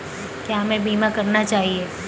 क्या हमें बीमा करना चाहिए?